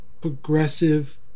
progressive